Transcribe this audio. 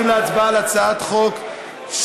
אנחנו עוברים להצבעה על הצעת חוק,